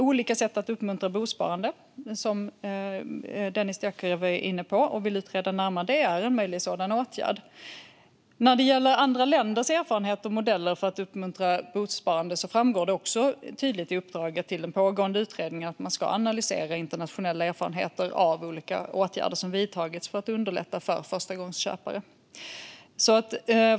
Olika sätt att uppmuntra bosparande, som Dennis Dioukarev är inne på och vill utreda närmare, är en möjlig sådan åtgärd. När det gäller andra länders erfarenheter och modeller för att uppmuntra bosparande framgår det också tydligt i uppdraget till den pågående utredningen att man ska analysera internationella erfarenheter av olika åtgärder som vidtagits för att underlätta för förstagångsköpare.